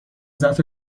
ضعف